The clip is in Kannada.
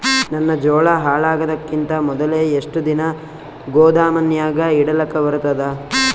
ನನ್ನ ಜೋಳಾ ಹಾಳಾಗದಕ್ಕಿಂತ ಮೊದಲೇ ಎಷ್ಟು ದಿನ ಗೊದಾಮನ್ಯಾಗ ಇಡಲಕ ಬರ್ತಾದ?